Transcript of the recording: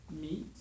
meat